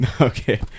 okay